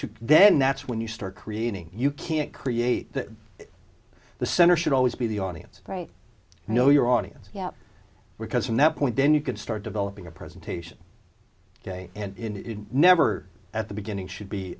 to then that's when you start creating you can't create the the center should always be the audience right know your audience yeah because from that point then you can start developing a presentation and it never at the beginning should be